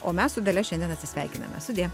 o mes su dalia šiandien atsisveikiname sudie